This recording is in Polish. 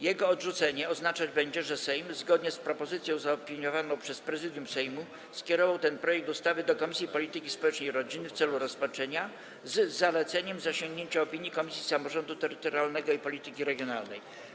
Jego odrzucenie oznaczać będzie, że Sejm zgodnie z propozycją zaopiniowaną przez Prezydium Sejmu skierował ten projekt ustawy do Komisji Polityki Społecznej i Rodziny w celu rozpatrzenia z zaleceniem zasięgnięcia opinii Komisji Samorządu Terytorialnego i Polityki Regionalnej.